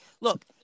look